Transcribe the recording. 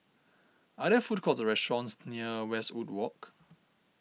are there food courts or restaurants near Westwood Walk